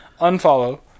unfollow